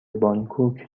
بانکوک